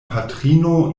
patrino